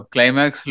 Climax